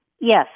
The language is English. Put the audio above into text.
Yes